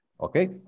okay